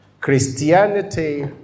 Christianity